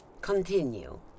Continue